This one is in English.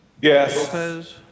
Yes